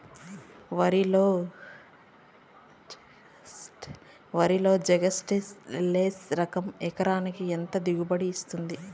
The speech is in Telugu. వరి లో షుగర్లెస్ లెస్ రకం ఎకరాకి ఎంత దిగుబడినిస్తుంది